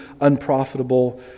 unprofitable